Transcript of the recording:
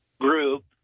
group